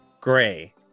gray